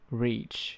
，reach